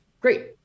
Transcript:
Great